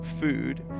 food